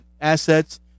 assets